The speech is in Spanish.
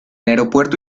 aeropuerto